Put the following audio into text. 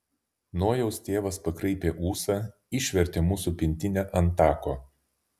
nojaus tėvas pakraipė ūsą išvertė mūsų pintinę ant tako